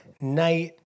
night